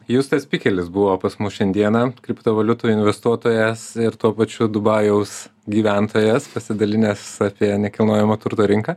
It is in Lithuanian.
justas pikelis buvo pas mus šiandieną kriptovaliutų investuotojas ir tuo pačiu dubajaus gyventojas pasidalinęs apie nekilnojamo turto rinką